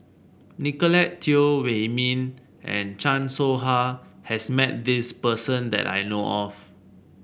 Nicolette Teo Wei Min and Chan Soh Ha has met this person that I know of